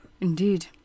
Indeed